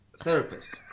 therapist